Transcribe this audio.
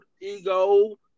ego